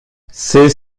c’est